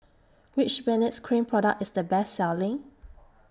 Which Benzac Cream Product IS The Best Selling